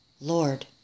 lord